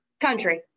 Country